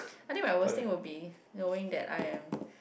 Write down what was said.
I think my worst thing would be knowing that I am